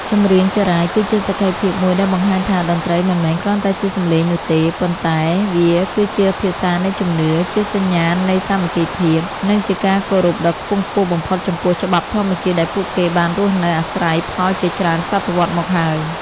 ចម្រៀងចារាយគឺជាសក្ខីភាពមួយដែលបង្ហាញថា តន្ត្រីមិនមែនគ្រាន់តែជាសម្លេងនោះទេ ប៉ុន្តែវាគឺជាភាសានៃជំនឿ ជាសញ្ញាណនៃសាមគ្គីភាព និងជាការគោរពដ៏ខ្ពង់ខ្ពស់បំផុតចំពោះច្បាប់ធម្មជាតិដែលពួកគេបានរស់នៅអាស្រ័យផលជាច្រើនសតវត្សមកហើយ។